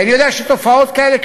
כי אני יודע שתופעות כאלה,